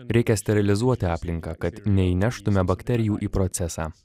reikia sterilizuoti aplinką kad neįneštume bakterijų į procesą